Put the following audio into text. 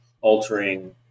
altering